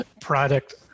product